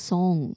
Song